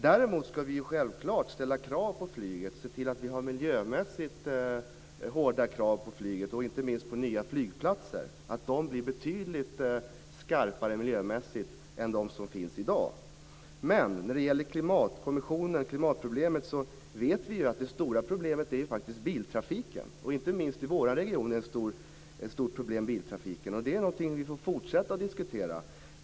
Däremot ska vi självfallet ställa miljömässigt hårda krav på flyget och inte minst på nya flygplatser, så att de blir betydligt skarpare miljömässigt än de som finns i dag. När det gäller klimatproblemet vet vi att det stora problemet faktiskt är biltrafiken, inte minst i storstadsregionerna, och det är något som vi får fortsätta att diskutera.